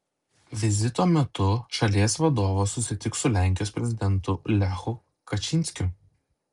vizito metu šalies vadovas susitiks su lenkijos prezidentu lechu kačynskiu